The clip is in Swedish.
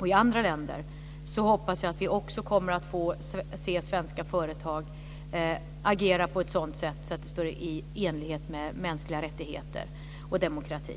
och i andra länder. På samma sätt hoppas jag vi också kommer att få se svenska företag agera på ett sådant sätt att det är i enlighet med mänskliga rättigheter och demokrati.